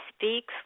speaks